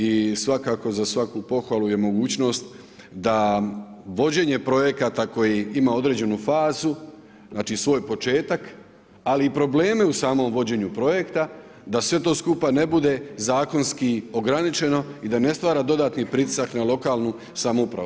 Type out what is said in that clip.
I svakako za svaku pohvalu je mogućnost da vođenje projekata koji ima određenu fazu, znači svoj početak ali i probleme u samom vođenju projekta da sve to skupa ne bude zakonski ograničeno i da ne stvara dodatni pritisak na lokalnu samoupravu.